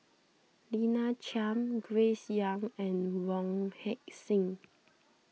Lina Chiam Grace Young and Wong Heck Sing